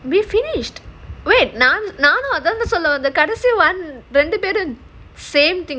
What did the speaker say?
we finished wait நான் நானும் அதான் சொல்ல வந்தேன் கடைசில ரெண்டு பேரும் சேர்ந்து:naan naanum adhaan solla vanthaen kadaisila rendu perum sernthu